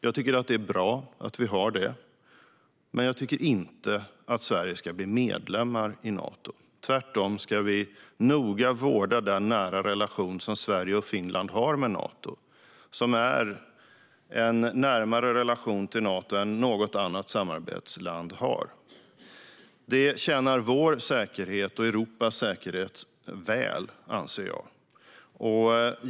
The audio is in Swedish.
Jag tycker att det är bra att vi har det, men jag tycker inte att Sverige ska bli medlem i Nato. Tvärtom ska vi noga vårda den nära relation som Sverige och Finland har med Nato - en närmare relation än något annat samarbetsland har med Nato. Detta tjänar vår och Europas säkerhet väl, anser jag.